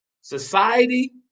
society